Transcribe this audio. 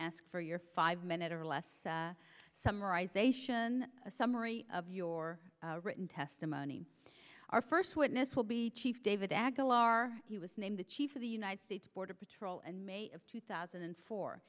ask for your five minutes or less summarize sation a summary of your written testimony our first witness will be chief david aguilar he was named the chief of the united states border patrol and may of two thousand and four